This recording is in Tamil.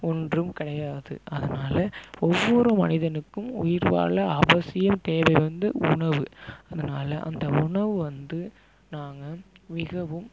ஒன்றும் கிடையாது அதனால் ஒவ்வொரு மனிதனுக்கும் உயிர் வாழ அவசியம் தேவை வந்து உணவு அதனால் அந்த உணவு வந்து நாங்கள் மிகவும்